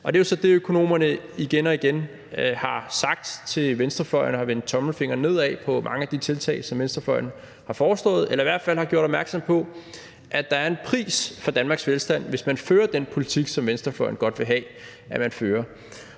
Det er jo så det, økonomerne igen og igen har sagt til venstrefløjen. De har vendt tommelfingeren nedad over for mange af de tiltag, som venstrefløjen har foreslået, eller har i hvert fald gjort opmærksom på, at der er en pris for Danmarks velstand, hvis man fører den politik, som venstrefløjen godt vil have at man fører.